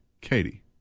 Katie